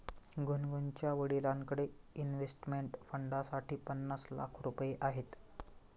गुनगुनच्या वडिलांकडे इन्व्हेस्टमेंट फंडसाठी पन्नास लाख रुपये आहेत